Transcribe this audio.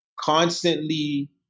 constantly